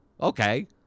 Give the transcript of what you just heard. okay